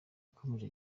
yakomeje